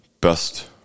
best